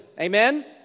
Amen